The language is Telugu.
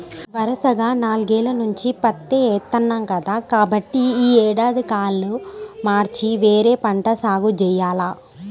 వరసగా నాలుగేల్ల నుంచి పత్తే ఏత్తన్నాం కదా, కాబట్టి యీ ఏడన్నా కాలు మార్చి వేరే పంట సాగు జెయ్యాల